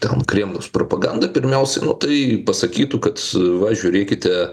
ten kremliaus propaganda pirmiausia tai pasakytų kad va žiūrėkite